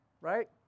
right